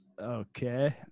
Okay